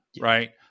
right